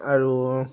আৰু